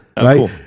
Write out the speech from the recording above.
right